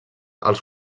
els